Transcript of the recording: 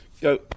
go